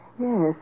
Yes